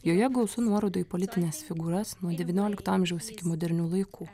joje gausu nuorodų į politines figūras nuo devyniolikto amžiaus iki modernių laikų